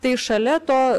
tai šalia to